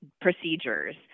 procedures